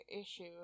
issue